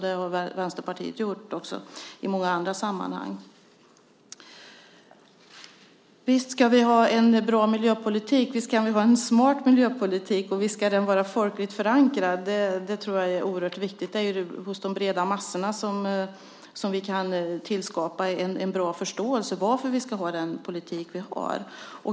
Det har Vänsterpartiet också gjort i många andra sammanhang. Visst ska vi ha en bra och smart miljöpolitik, och visst ska den vara folkligt förankrad. Det är oerhört viktigt att vi hos de breda massorna kan tillskapa en bra förståelse för varför vi ska ha den politik vi har.